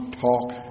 talk